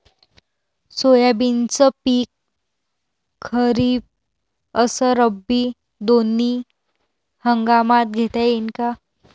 सोयाबीनचं पिक खरीप अस रब्बी दोनी हंगामात घेता येईन का?